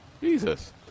Jesus